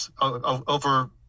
over